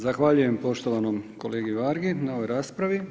Zahvaljujem poštovanom kolegi Vargi na ovoj raspravi.